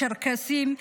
צ'רקסים,